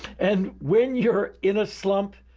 and when you're in a slump,